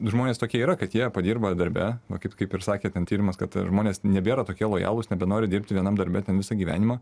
žmonės tokie yra kad jie padirba darbe va kaip kaip ir sakėt tn tyrimas kad žmonės nebėra tokie lojalūs nebenori dirbti vienam darbe ten visą gyvenimą